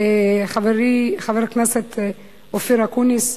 חברי חבר הכנסת אופיר אקוניס.